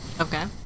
Okay